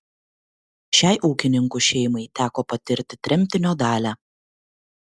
šiai ūkininkų šeimai teko patirti tremtinio dalią